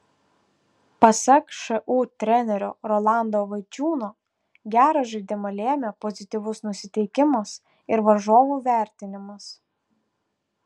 pasak šu trenerio rolando vaičiūno gerą žaidimą lėmė pozityvus nusiteikimas ir varžovų vertinimas